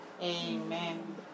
Amen